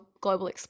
global